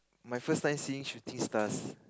my first time seeing shooting stars